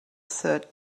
third